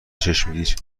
چشمگیر